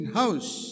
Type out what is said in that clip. house